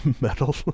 metal